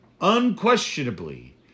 unquestionably